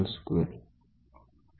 01 આખા નું વર્ગમૂળ છે